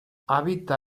habita